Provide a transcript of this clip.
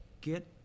Get